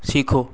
सीखो